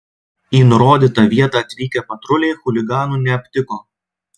į nurodytą vietą atvykę patruliai chuliganų neaptiko